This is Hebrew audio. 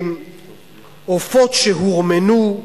עופות שהורמנו,